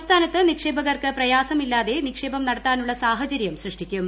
സംസ്ഥാനത്ത് നിക്ഷേപകർക്ക് പ്രയാസമില്ലാതെ നിക്ഷേപം നടത്താനുള്ള സാഹചര്യം സൃഷ്ടിക്കും